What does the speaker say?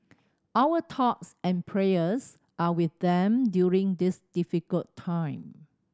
our thoughts and prayers are with them during this difficult time